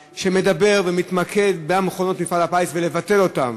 שמדברת ומתמקדת במכונות מפעל הפיס ומציעה לבטל אותן.